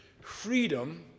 freedom